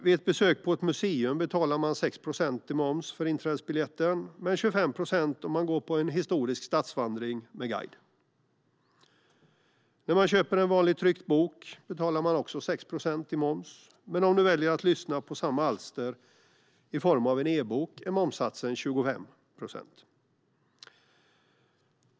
Vid ett besök på ett museum betalar man 6 procent i moms för inträdesbiljetten, men 25 procent om man går på en historisk stadsvandring med guide. När man köper en vanlig tryckt bok betalar man 6 procent i moms, men om man väljer att lyssna på samma alster i form av en e-bok är momssatsen 25 procent.